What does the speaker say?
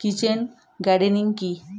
Kitchen gardening কি?